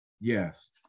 Yes